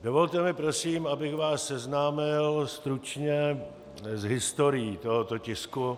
Dovolte mi prosím, abych vás seznámil stručně s historií tohoto tisku.